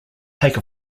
take